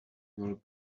will